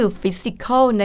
physical